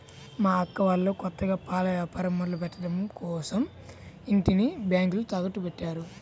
మా అక్క వాళ్ళు కొత్తగా పాల వ్యాపారం మొదలుపెట్టడం కోసరం ఇంటిని బ్యేంకులో తాకట్టుపెట్టారు